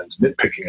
nitpicking